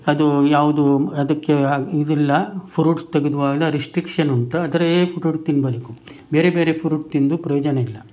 ಅದು ಯಾವುದು ಅದಕ್ಕೆ ಅದು ಇದಿಲ್ಲ ಫ್ರೂಟ್ಸ್ ತೆಗೆಯುವಾಗ ರೆಸ್ಟ್ರಿಕ್ಷನ್ ಉಂಟಾ ಆದರೆ ಬೇರೆ ಬೇರೆ ಫ್ರೂಟ್ ತಿಂದು ಪ್ರಯೋಜನ ಇಲ್ಲ